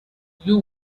you